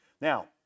Now